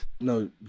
No